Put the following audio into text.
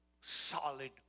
solid